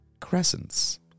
crescents